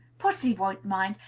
pussy won't mind.